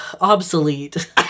Obsolete